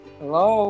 hello